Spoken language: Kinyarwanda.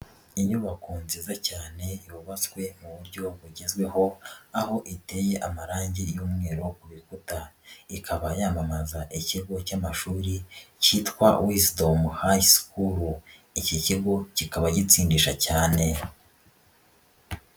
Inyubako nziza cyane yubatswe mu buryo bugezweho, aho iteye amarangi y'umweru ku bikuta, ikaba yamamaza ikigo cy'amashuri kitwa Wisdom High school, iki kigo kikaba gitindisha cyane.